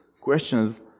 questions